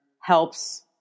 helps